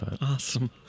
awesome